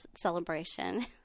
celebration